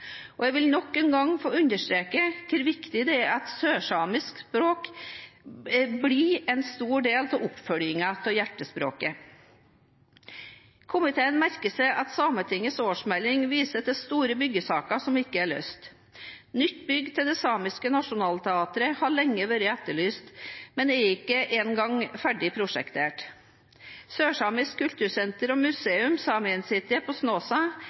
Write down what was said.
næring. Jeg vil nok en gang få understreke hvor viktig det er at sørsamisk språk blir en stor del av oppfølgingen av Hjertespråket. Komiteen merker seg at Sametingets årsmelding viser til store byggesaker som ikke er løst. Nytt bygg til det samiske nasjonalteateret har lenge vært etterlyst, men det er ikke engang ferdig prosjektert. Sørsamisk kultursenter og museum, Saemien Sijte, på Snåsa